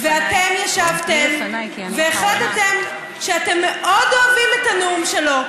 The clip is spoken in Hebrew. ואתם ישבתם והחלטתם שאתם מאוד אוהבים את הנאום שלו,